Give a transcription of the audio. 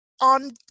on